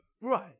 Right